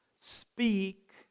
speak